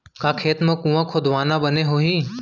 का खेत मा कुंआ खोदवाना बने होही?